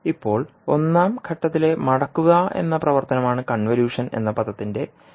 ഇപ്പോൾ ഒന്നാം ഘട്ടത്തിലെ മടക്കുക എന്ന പ്രവർത്തനമാണ് കൺവല്യൂഷൻ എന്ന പദത്തിന്റെ കാരണം